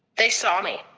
they saw me.